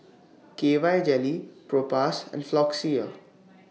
K Y Jelly Propass and Floxia